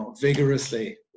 vigorously